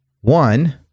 One